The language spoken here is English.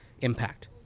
impact